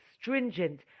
stringent